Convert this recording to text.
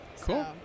cool